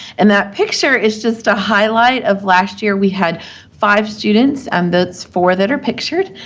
and that picture is just a highlight of last year. we had five students, and those four that are pictured,